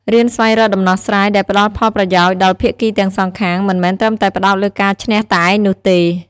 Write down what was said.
រៀនស្វែងរកដំណោះស្រាយដែលផ្តល់ផលប្រយោជន៍ដល់ភាគីទាំងសងខាង មិនមែនត្រឹមតែផ្តោតលើការឈ្នះតែឯងនោះទេ។